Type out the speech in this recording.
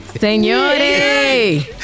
¡Señores